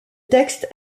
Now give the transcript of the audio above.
texte